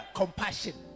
compassion